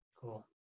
Cool